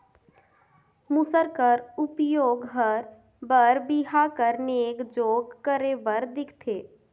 मूसर कर उपियोग हर बर बिहा कर नेग जोग करे बर दिखथे